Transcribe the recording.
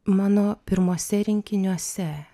mano pirmuose rinkiniuose